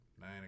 nine